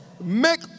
make